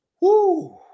Woo